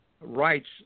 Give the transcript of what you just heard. rights